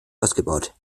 ausgebaut